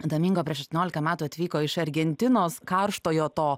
domingo prieš aštuoniolika metų atvyko iš argentinos karštojo to